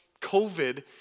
COVID